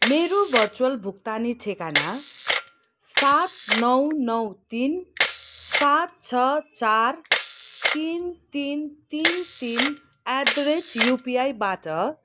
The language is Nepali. मेरो भर्चुवल भुक्तानी ठेगाना सात नौ नौ तिन सात छ चार तिन तिन तिन तिन एट द रेट युपिआईबाट